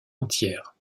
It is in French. entière